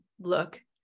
look